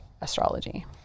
astrology